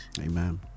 Amen